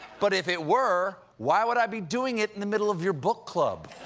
but if it were why would i be doing it in the middle of your book club?